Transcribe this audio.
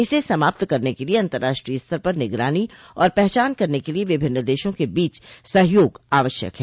इसे समाप्त करने के लिए अंतर्राष्ट्रीय स्तर पर निगरानी और पहचान करने के लिए विभिन्न देशों के बीच सहयोग आवश्यक है